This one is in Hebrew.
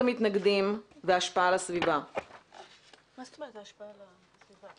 מה זאת אומרת ההשפעה על הסביבה?